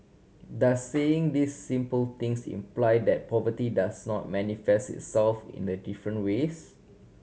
does saying these simple things imply that poverty does not manifest itself in the different ways